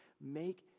make